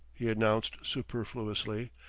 he announced superfluously.